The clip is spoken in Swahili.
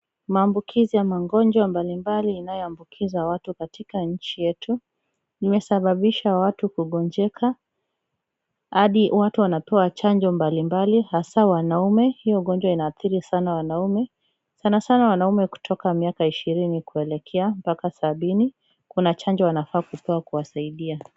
Maambukizi ya magonjwa mbalimbali inayoambukiza watu katika nchi yetu imesababisha watu kugonjeka hadi watu wanapewa chanjo mbalimbali hasa wanaume. Hiyo ugonjwa inaathiri sana wanaume sana sana wanaume kutoka miaka ishirini kuelekea mpaka sabini. Kuna chanjo wanafaa kupewa kuwasaidia.